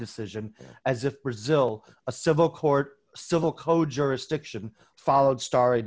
decision as if brazil a civil court civil code jurisdiction followed star